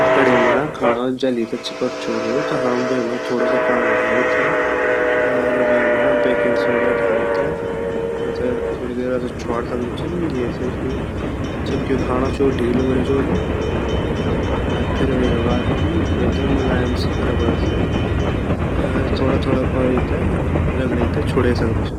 जन काढ़े मा खंडो जली ते चिपक जोलू ता हम वेमा थोड़ा सा पांडी ढाली ते अर वेमा बेकिंग सोडा ढाई ते वेते थोड़ी देरो तक च्वाङ सकदा छिन येसे जु चिप्क्यु खांडो जु ची उ ढीलू वे जोलु अर फिर वेगा बाद हम बेटे मुलायम स्क्रबर से थोड़ा-थोड़ा कोरी ते रगड़ी ते छुड़े सकदा छिन।